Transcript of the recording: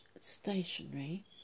stationery